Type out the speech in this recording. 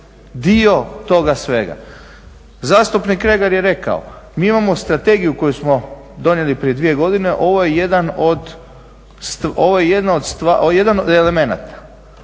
dio toga svega. Zastupnik Kregar je rekao, mi imamo strategiju koju smo donijeli prije dvije godine, ovo je jedan od elemenata.